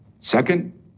Second